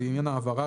לעניין העברה,